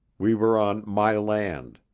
we were on my land.